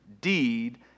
deed